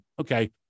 okay